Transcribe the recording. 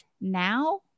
now